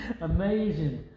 Amazing